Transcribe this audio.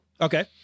Okay